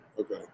Okay